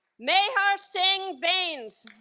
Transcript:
mehar singh bains